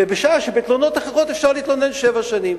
וזאת בשעה שבתלונות אחרות אפשר להתלונן שבע שנים.